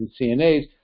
CNAs